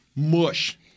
Mush